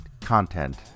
content